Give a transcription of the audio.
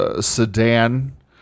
Sedan